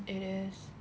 it is